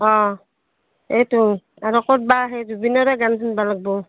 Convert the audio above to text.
অঁ এইটো আৰু ক'তবা সেই জুবিনৰে গান শুনিব লাগিব